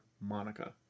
Monica